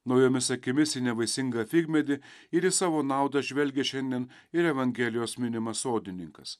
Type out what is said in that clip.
naujomis akimis į nevaisingą figmedį ir į savo naudą žvelgia šiandien ir evangelijos minimas sodininkas